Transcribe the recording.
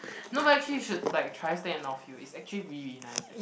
no but actually you should like try stand at off hill is actually really really nice eh